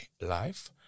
life